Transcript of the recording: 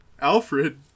Alfred